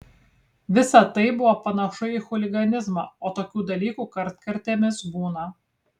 visa tai buvo panašu į chuliganizmą o tokių dalykų kartkartėmis būna